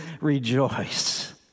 rejoice